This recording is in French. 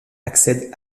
accède